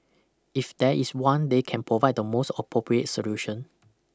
if there is one they can provide the most appropriate solution